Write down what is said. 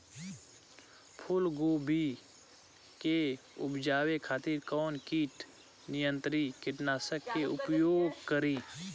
फुलगोबि के उपजावे खातिर कौन कीट नियंत्री कीटनाशक के प्रयोग करी?